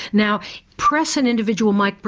now press an individual like